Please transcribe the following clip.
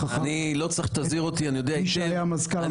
אחר כך את מי שהיה מזכ"ל המפלגה שלו.